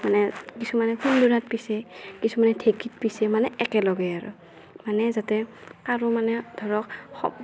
মানে কিছুমানে খুন্দোনাত পিছে কিছুমানে ঢেঁকীত পিচে মানে একেলগে আৰু মানে যাতে কাৰো মানে ধৰক সব